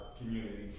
community